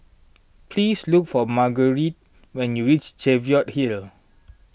please look for Marguerite when you reach Cheviot Hill